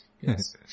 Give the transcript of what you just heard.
Yes